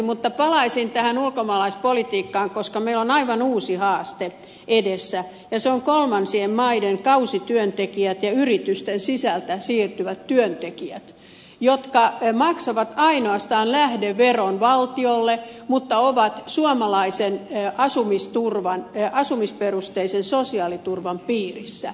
mutta palaisin tähän ulkomaalaispolitiikkaan koska meillä on aivan uusi haaste edessä ja se on kolmansien maiden kausityöntekijät ja yritysten sisältä siirtyvät työntekijät jotka maksavat ainoastaan lähdeveron valtiolle mutta ovat suomalaisen asumisperusteisen sosiaaliturvan piirissä